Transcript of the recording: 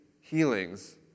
healings